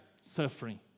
suffering